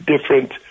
different